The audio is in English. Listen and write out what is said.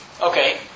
Okay